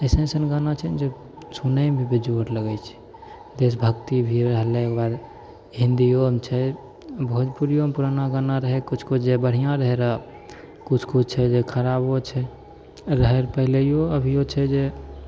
अइसन अइसन गाना छै ने जे सुनैमे भी बेजोड़ लगैत छै देशभक्ति भी रहलै ओहिके बाद हिन्दियोमे छै भोजपुरियोमे पुराना गाना रहै किछु किछु जे बढ़िआँ रहै रहऽ किछु किछु छै जे खराबो छै रहै रहऽ पहिलयो अभियो छै जे